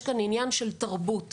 יש כאן עניין של תרבות.